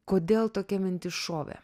kodėl tokia mintis šovė